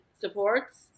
supports